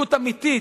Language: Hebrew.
מנהיגות אמיתית,